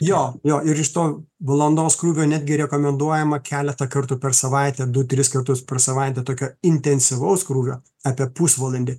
jo jo ir iš to valandos krūvio netgi rekomenduojama keletą kartų per savaitę du tris kartus per savaitę tokio intensyvaus krūvio apie pusvalandį